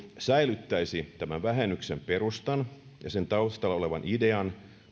säilyttäisi tämän vähennyksen perustan ja sen taustalla olevan idean